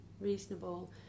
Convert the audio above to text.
reasonable